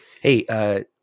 Hey